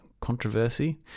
controversy